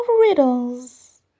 riddles